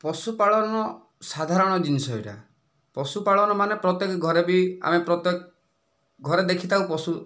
ପଶୁ ପାଳନ ସାଧାରଣ ଜିନିଷ ଏଇଟା ପଶୁପାଳନ ମାନେ ପ୍ରତ୍ୟକ ଘରେ ବି ଆମେ ପ୍ରତ୍ୟକ ଘରେ ଦେଖିଥାଉ ପଶୁ